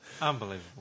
Unbelievable